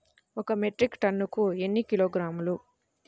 ఒక మెట్రిక్ టన్నుకు ఎన్ని కిలోగ్రాములు?